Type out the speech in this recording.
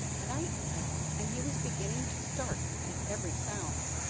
night fell, and he was beginning to start at every sound,